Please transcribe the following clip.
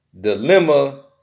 Dilemma